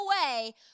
away